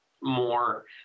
more